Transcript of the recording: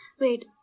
Wait